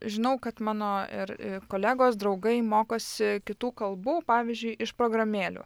žinau kad mano ir kolegos draugai mokosi kitų kalbų pavyzdžiui iš programėlių